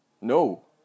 No